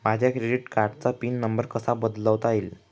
माझ्या क्रेडिट कार्डचा pin number कसा बदलता येईल?